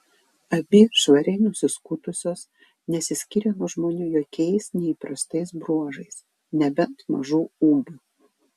abi švariai nusiskutusios nesiskyrė nuo žmonių jokiais neįprastais bruožais nebent mažu ūgiu